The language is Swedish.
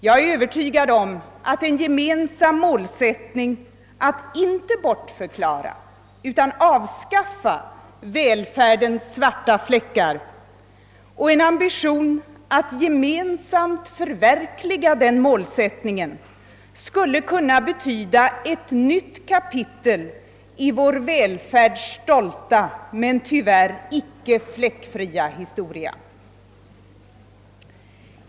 Jag är övertygad om att en gemensam målsättning att inte bortförklara utan avskaffa välfärdens svarta fläckar och en ambition att gemensamt förverkliga den målsättningen skulle kunna betyda ett nytt kapitel i vår välfärds stolta, men tyvärr inte fläckfria, historia.